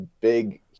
big